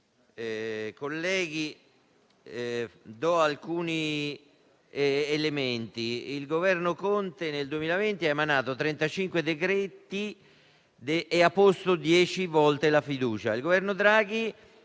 Il Governo Conte nel 2020 ha emanato 35 decreti e ha posto 10 volte la fiducia.